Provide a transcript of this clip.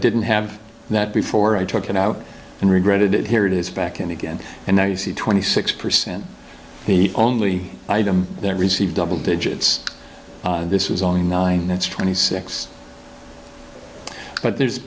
didn't have that before i took it out and regretted it here it is back in again and now you see twenty six percent the only item that received double digits this was only nine that's twenty six but there's